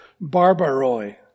barbaroi